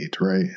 right